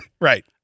Right